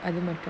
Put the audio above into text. I don't know